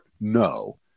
no